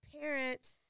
parents